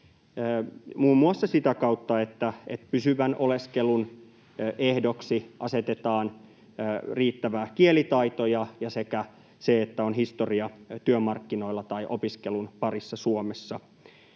muun muassa sitä kautta, että pysyvän oleskelun ehdoksi asetetaan riittävä kielitaito sekä se, että on historia työmarkkinoilla tai opiskelun parissa Suomessa.